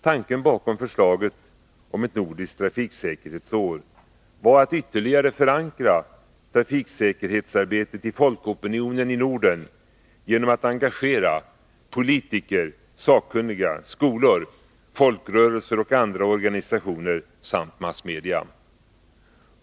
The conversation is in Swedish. Tanken bakom förslaget om ett nordiskt trafiksäkerhetsår var att ytterligare förankra trafiksäkerhetsarbetet i folkopinionen i Norden genom att engagera politiker, sakkunniga, skolor, folkrörelser och andra organisationer samt massmedia.